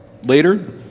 Later